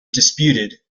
disputed